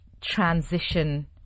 transition